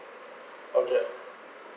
okay